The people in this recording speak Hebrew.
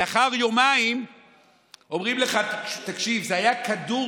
לאחר יומיים אומרים לך, תקשיב: זה היה כדור